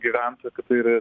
gyventoją kad tai yra